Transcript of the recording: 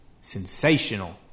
Sensational